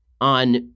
on